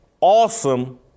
awesome